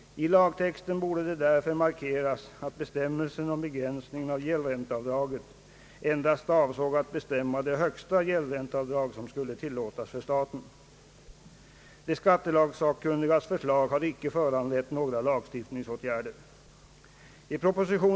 I lagtexten borde därför markeras att bestämmelsen om begränsningen av gäldränteavdraget endast avsåg att bestämma det högsta gäldränteavdrag som skulle tilllåtas för staten. De skattelagssakkunnigas förslag har inte föranlett några lagstiftningsåtgärder.